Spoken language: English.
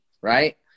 right